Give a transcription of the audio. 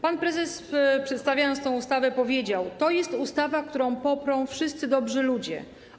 Pan prezes, przedstawiając tę ustawę, powiedział: to jest ustawa, którą poprą wszyscy dobrzy ludzie.